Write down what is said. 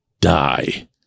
die